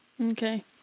Okay